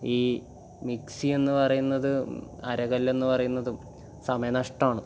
ഈ മിക്സി എന്ന് പറയുന്നതും അരകല്ലെന്ന് പറയുന്നതും സമയ നഷ്ടമാണ്